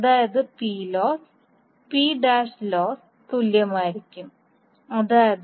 അതായത് തുല്യമായിരിക്കും അതായത്